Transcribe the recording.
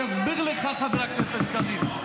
אני אסביר לך, חבר הכנסת קריב.